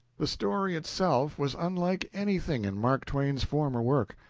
the story itself was unlike anything in mark twain's former work.